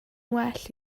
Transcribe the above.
well